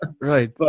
Right